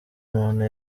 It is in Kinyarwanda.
umuntu